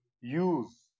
use